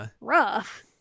rough